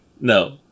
no